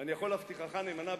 ואני יכול להבטיחך נאמנה,